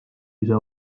ise